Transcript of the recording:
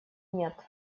нет